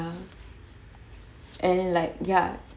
and like ya